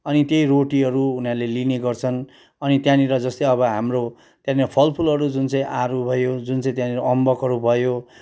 अनि त्यही रोटीहरू उनीहरूले लिने गर्छन् अनि त्यहाँनिर जस्तै अब हाम्रो त्यहाँनिर फलफुलहरू जुन चाहिँ आरू भयो जुन चाहिँ त्यहाँनिर अम्बकहरू भयो